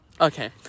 okay